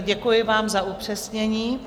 Děkuji vám za upřesnění.